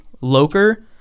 Loker